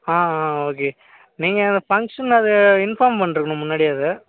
ஆ ஆ ஓகே நீங்கள் ஃபங்க்ஷன் அது இன்ஃபார்ம் பண்ணிருக்கணும் முன்னாடியே அதை